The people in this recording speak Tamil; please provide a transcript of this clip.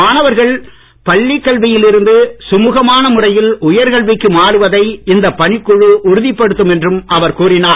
மாணவர்கள் பள்ளி கல்வியில் இருந்து சுமுகமான முறையில் உயர்கல்விக்கு மாறுவதை இந்தப் பணிக்குழு உறுதிப்படுத்தும் என்றும் அவர் கூறினார்